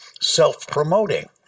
self-promoting